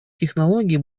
технологий